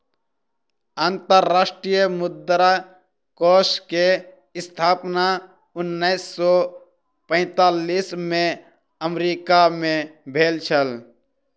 अंतर्राष्ट्रीय मुद्रा कोष के स्थापना उन्नैस सौ पैंतालीस में अमेरिका मे भेल छल